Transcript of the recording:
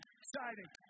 exciting